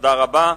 תודה רבה.